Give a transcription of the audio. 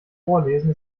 vorlesen